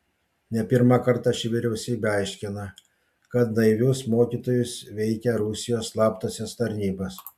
ne pirmą kartą ši vyriausybė aiškina kad naivius mokytojus veikia rusijos slaptosios tarnybos